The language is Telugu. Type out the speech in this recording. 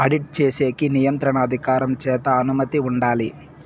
ఆడిట్ చేసేకి నియంత్రణ అధికారం చేత అనుమతి ఉండాలి